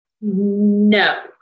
No